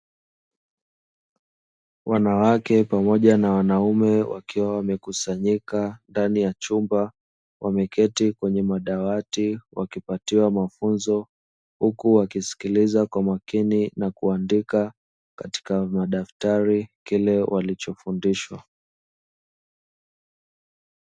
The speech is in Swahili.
Wanawake pamoja na wanaume wakiwa wamekusanyika ndani ya chumba, wameketi kwenye madawati wakipatiwa mafunzo, huku wakisikiliza kwa makini na kuandika katika madaftari kile walichofundishwa.